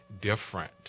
different